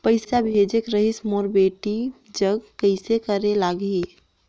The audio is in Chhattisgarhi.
पइसा भेजेक रहिस मोर बेटी जग कइसे करेके लगही?